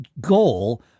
goal